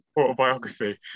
autobiography